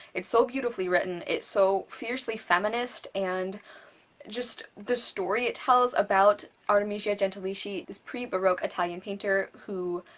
it's so beautifully written, it's so fiercely feminist and just, the story it tells about artemisia gentilischi, this pre-baroque italian painter who,